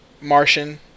Martian